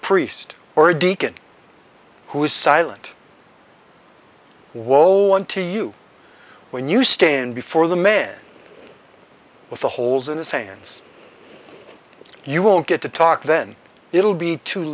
priest or a deacon who is silent while one to you when you stand before the man with the holes in his hands you won't get to talk then it'll be too